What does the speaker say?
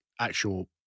actual